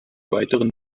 weiteren